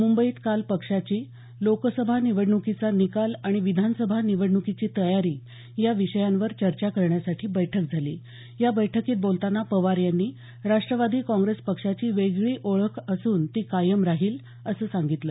मुंबईत काल पक्षाची लोकसभा निवडणुकीचा निकाल आणि विधानसभा निवडणुकीची तयारी या विषयांवर चर्चा करण्यासाठी बैठक झाली या बैठकीत बोलतांना पवार यांनी राष्ट्रवादी काँग्रेस पक्षाची वेगळी ओळख असून ती कायम राहील असं सांगितलं